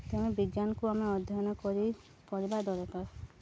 ତେଣୁ ବିଜ୍ଞାନକୁ ଆମେ ଅଧ୍ୟୟନ କରି କରିବା ଦରକାର